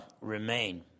remain